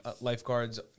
lifeguards